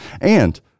And-